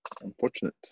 unfortunate